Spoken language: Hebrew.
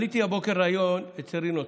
עליתי הבוקר לריאיון אצל רינו צרור.